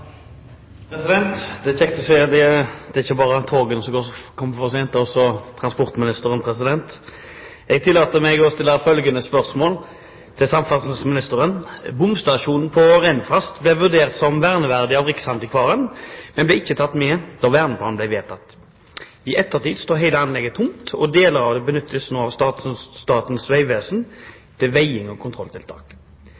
at det ikke bare er togene som kommer for sent – også transportministeren gjør det. Jeg tillater meg å stille følgende spørsmål til samferdselsministeren: «Bomstasjonen på Rennfast ble vurdert som verneverdig av Riksantikvaren, men ble ikke tatt med da verneplanen ble vedtatt. I ettertid står hele anlegget tomt, og deler av det benyttes av Statens vegvesen